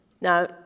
Now